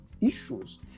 issues